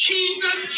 Jesus